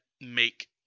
make